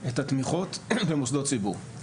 את התמיכות במוסדות ציבור.